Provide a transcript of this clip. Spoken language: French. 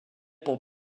pour